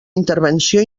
intervenció